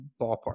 ballpark